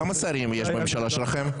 כמה שרים יש בממשלה שלכם?